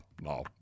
no